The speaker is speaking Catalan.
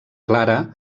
clara